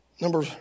Number